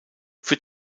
für